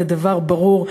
זה דבר ברור.